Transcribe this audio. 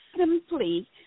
Simply